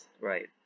right